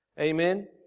Amen